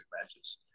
matches